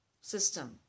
system